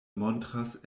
montras